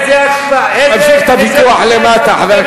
חבר הכנסת זאב, תמשיך את הוויכוח למטה.